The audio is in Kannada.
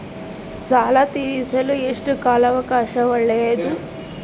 ಸಾಲ ತೇರಿಸಲು ಎಷ್ಟು ಕಾಲ ಅವಕಾಶ ಒಳ್ಳೆಯದು?